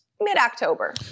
mid-October